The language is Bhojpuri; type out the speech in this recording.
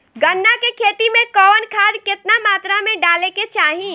गन्ना के खेती में कवन खाद केतना मात्रा में डाले के चाही?